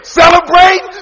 celebrate